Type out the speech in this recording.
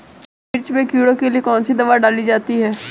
मिर्च में कीड़ों के लिए कौनसी दावा डाली जाती है?